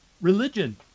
religion